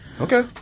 Okay